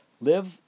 live